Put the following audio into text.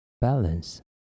balance